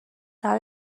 همه